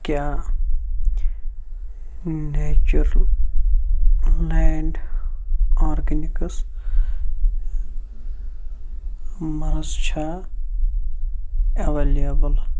کیٛاہ Nature Land Organics مرٕژ چھا ایٚویلیبُل